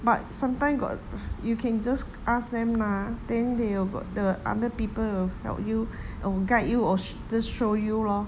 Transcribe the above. but sometime got you can just ask them mah then they will got the other people to help you or guide you or sh~ just show you lor